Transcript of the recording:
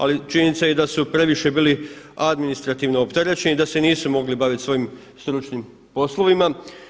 Ali činjenica je i da su previše bili administrativno opterećeni i da se nisu mogli baviti svojim stručnim poslovima.